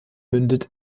mündet